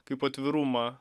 kaip atvirumą